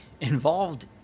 involved